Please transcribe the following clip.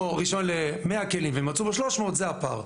רישיון ל-100 כלים מצאו בו 300 - זה הפער.